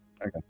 Okay